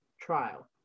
trial